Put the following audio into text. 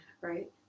right